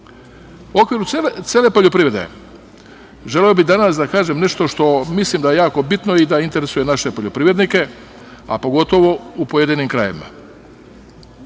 okviru cele poljoprivrede želeo bih danas da kažem nešto što mislim da je jako bitno i da interesuje naše poljoprivrednike, a pogotovo u pojedinim krajevima.